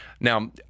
Now